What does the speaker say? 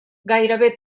gairebé